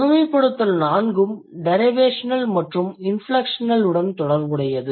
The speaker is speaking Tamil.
GEN 4உம் டிரைவேஷனல் மற்றும் இன்ஃப்லெக்ஷனல் உடன் தொடர்புடையது